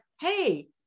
hey